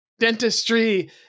dentistry